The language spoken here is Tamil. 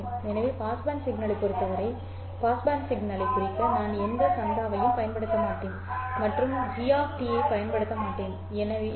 எனவே பாஸ்பேண்ட் சிக்னலைப் பொறுத்தவரை பாஸ்பேண்ட் சிக்னலைக் குறிக்க நான் எந்த சந்தாவையும் பயன்படுத்த மாட்டேன் மற்றும் கள் டி ஐப் பயன்படுத்த மாட்டேன்